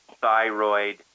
thyroid